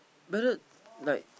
whether like